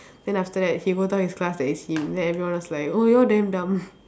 then after that he go tell his class that it's him then everyone was like oh you all damn dumb